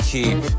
Keep